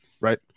right